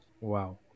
wow